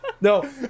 No